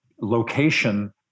location